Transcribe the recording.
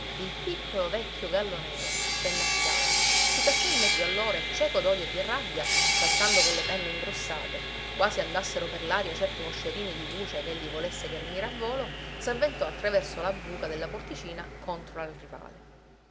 il piccolo vecchio gallo nero spennacchiato si cacciò in mezzo a loro e cieco d'odio e di rabbia saltando con le penne ingrossate quasi andassero per l'aria certi moscerini di luce ch'egli volesse ghermire a volo s'avventò attraverso la buca della porticina contro al rivale